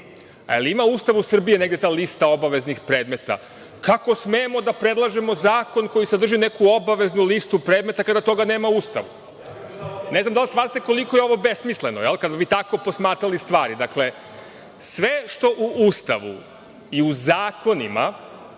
Jel ima u Ustavu Srbije negde ta lista obaveznih predmeta? Kako smemo da predlažemo zakon koji sadrži neku obaveznu listu predmeta kada toga nema u Ustavu? Ne znam da li shvatate koliko je ovo besmisleno kada bi tako posmatrali stvari. Dakle, sve što u Ustavu i u zakonima